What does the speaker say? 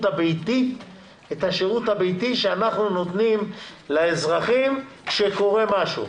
הביתי שאנחנו נותנים לאזרחים כשקורה משהו,